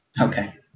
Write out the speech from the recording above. Okay